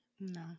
No